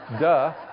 Duh